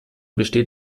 besteht